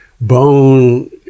bone